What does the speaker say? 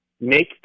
make